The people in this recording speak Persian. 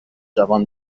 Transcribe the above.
جوان